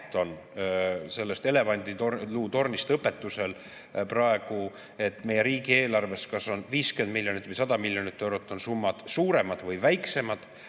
sellest elevandiluutornist [antud] õpetusest, et meie riigieelarves on 50 miljonit või 100 miljonit eurot summad suuremad või väiksemad,